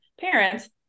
parents